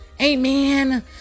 amen